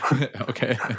Okay